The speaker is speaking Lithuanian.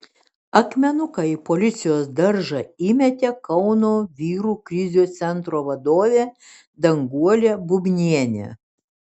akmenuką į policijos daržą įmetė kauno vyrų krizių centro vadovė danguolė bubnienė